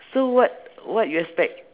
so what what you expect